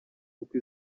uku